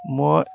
মই